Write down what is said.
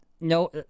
no